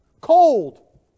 cold